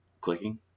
clicking